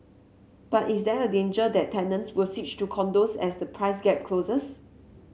but is there a danger that tenants will switch to condos as the price gap closes